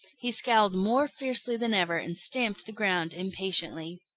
he scowled more fiercely than ever and stamped the ground impatiently.